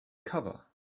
cover